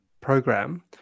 program